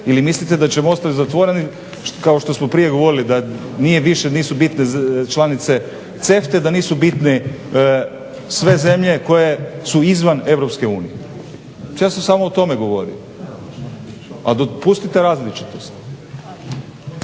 Ili mislite da ćemo ostati zatvoreni kao što smo prije govorili, da nije više, nisu bitne članice CEFTA-e, da nisu bitne sve zemlje koje su izvan Europske unije. Ja sam samo o tome govorio a dopustite različitost.